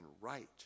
right